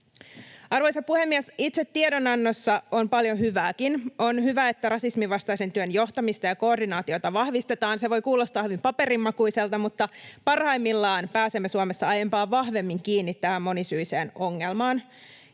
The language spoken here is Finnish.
Arvoisa puhemies! Itse tiedonannossa on paljon hyvääkin. On hyvä, että rasismin vastaisen työn johtamista ja koordinaatiota vahvistetaan. Se voi kuulostaa hyvin paperinmakuiselta, mutta parhaimmillaan pääsemme Suomessa aiempaa vahvemmin kiinni tähän monisyiseen ongelmaan.